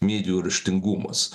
medijų raštingumas